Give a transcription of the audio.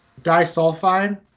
disulfide